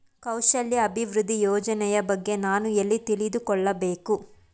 ಕೌಶಲ್ಯ ಅಭಿವೃದ್ಧಿ ಯೋಜನೆಯ ಬಗ್ಗೆ ನಾನು ಎಲ್ಲಿ ತಿಳಿದುಕೊಳ್ಳಬೇಕು?